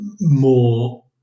more